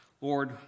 Lord